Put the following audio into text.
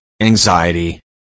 anxiety